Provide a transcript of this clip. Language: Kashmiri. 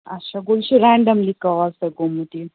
اچھا گوٚو یہِ چھُ ریٚنٛڈملی کاز تۄہہِ گوٚمُت یہِ